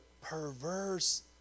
perverse